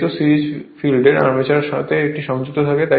যেহেতু series field আর্মেচারের সাথে এটি সিরিজে সংযুক্ত তাই Ia If হয়